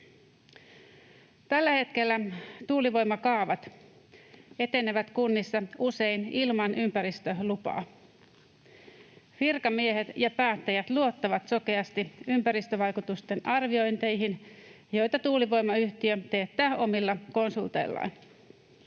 Tällä hetkellä tuulivoimakaavat etenevät kunnissa usein ilman ympäristölupaa. Virkamiehet ja päättäjät luottavat sokeasti ympäristövaikutusten arviointeihin, joita tuulivoimayhtiöt teettävät omilla konsulteillaan.